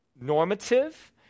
normative